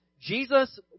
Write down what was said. Jesus